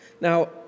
Now